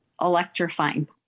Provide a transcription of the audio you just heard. electrifying